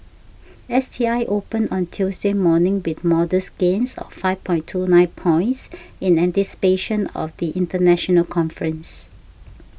S T I opened on Tuesday morning with modest gains of five point two nine points in anticipation of the international conference